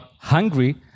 hungry